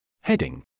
Heading